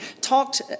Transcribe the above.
talked